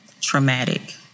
traumatic